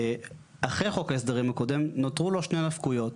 אחרי חוק ההסדרים הקודם, נותרו לו שתי נפקויות.